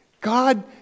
God